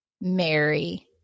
Mary